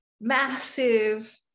massive